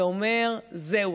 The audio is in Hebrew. ואומר: זהו,